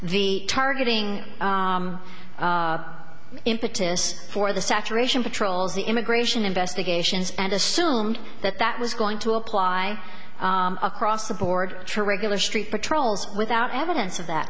the targeting impetus for the saturation patrols the immigration investigations and assumed that that was going to apply across the board to regular street patrols without evidence of that